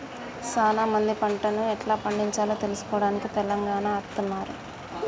సానా మంది పంటను ఎట్లా పండిచాలో తెలుసుకోవడానికి తెలంగాణ అత్తన్నారు